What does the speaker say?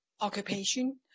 occupation